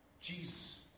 Jesus